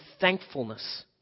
thankfulness